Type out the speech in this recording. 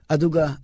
Aduga